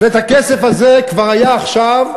והכסף הזה כבר היה עכשיו,